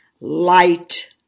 Light